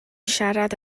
siarad